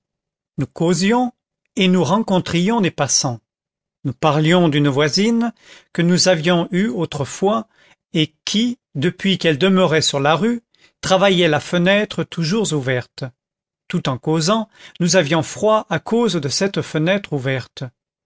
nous causions et nous rencontrions des passants nous parlions d'une voisine que nous avions eue autrefois et qui depuis qu'elle demeurait sur la rue travaillait la fenêtre toujours ouverte tout en causant nous avions froid à cause de cette fenêtre ouverte